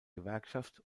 gewerkschaft